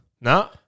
No